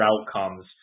outcomes